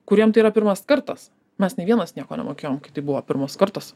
kuriem tai yra pirmas kartas mes nei vienas nieko nemokėjom kai tai buvo pirmas kartas